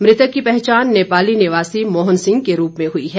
मृतक की पहचान नेपाल निवासी मोहन सिंह के रूप में हई है